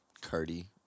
Cardi